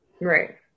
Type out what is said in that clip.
Right